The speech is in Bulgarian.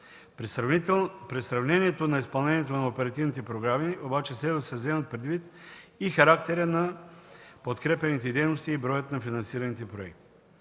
При сравнение на изпълнението на оперативните програми обаче следва да се вземат предвид характерът на подкрепяните дейности и броят на финансираните проекти.